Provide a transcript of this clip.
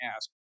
ask